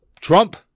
Trump